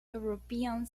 european